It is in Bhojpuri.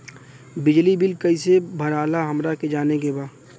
बिजली बिल कईसे भराला हमरा के जाने के बा?